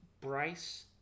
Bryce